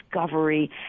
discovery